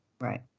Right